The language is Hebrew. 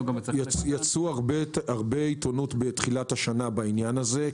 יצא הרבה פרסום בעיתונות בתחילת השנה בעניין הזה,